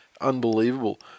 Unbelievable